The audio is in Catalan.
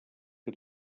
que